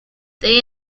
they